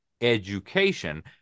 education